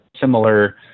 similar